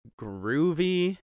groovy